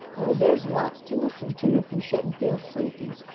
oh, there's lots to listen to if you shouldn't feel sleepy.